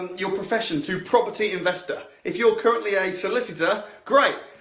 your profession, to property investor. if you're currently a solicitor, great.